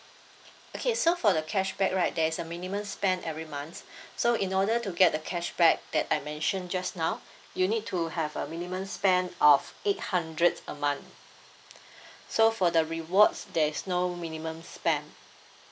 okay so for the cashback right there is a minimum spend every month so in order to get the cashback that I mentioned just now you need to have a minimum spend of eight hundred a month so for the rewards there is no minimum spend